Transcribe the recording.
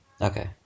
Okay